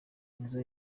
nizzo